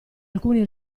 alcuni